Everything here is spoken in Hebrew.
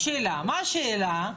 מה השאלה,